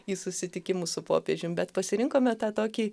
į susitikimus su popiežium bet pasirinkome tą tokį